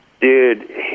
Dude